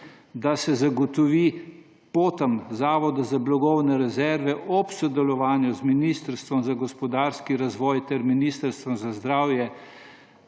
da se zagotovi potom Zavoda za blagovne rezerve ob sodelovanju z Ministrstvom za gospodarski razvoj ter Ministrstvom za zdravje,